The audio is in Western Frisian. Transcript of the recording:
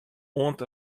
oant